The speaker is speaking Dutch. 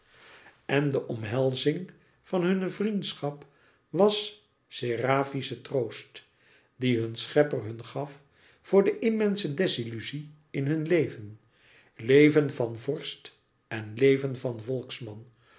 en de omhelzing van hunne vriendschap was serafische troost dien hun schepper hun gaf voor de immense desilluzie in hun leven leven van vorst en leven van volksman